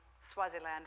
Swaziland